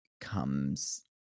comes